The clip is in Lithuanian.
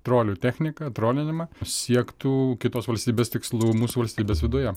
trolių techniką trolinimą siektų kitos valstybės tikslų mūsų valstybės viduje